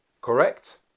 correct